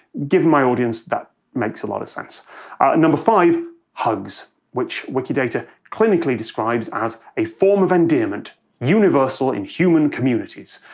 given my audience, that makes a lot of sense. at and number five hugs. which wikidata clinically describes as a form of endearment, universal in human communities.